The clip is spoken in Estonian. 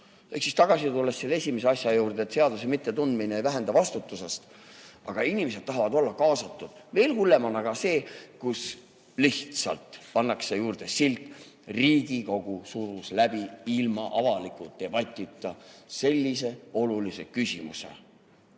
Ehk siis tagasi tulles selle esimese asja juurde, et seaduse mittetundmine ei vähenda vastutust: aga inimesed tahavad olla kaasatud. Veel hullem on aga see, kui lihtsalt pannakse juurde silt: Riigikogu surus ilma avaliku debatita läbi sellise olulise [eelnõu].